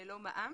ללא מע"מ,